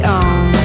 on